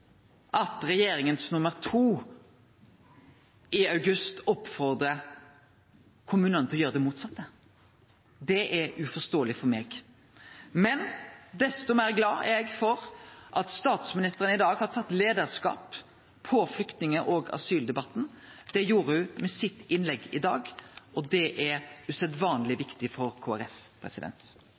at regjeringas nummer to i august oppmoda kommunane til å gjere det motsette. Det er uforståeleg for meg. Men desto meir glad er eg for at statsministeren i dag har tatt leiarskap i flyktning- og asyldebatten. Det gjorde ho med sitt innlegg i dag, og det er usedvanleg viktig for